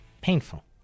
Painful